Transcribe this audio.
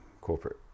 corporate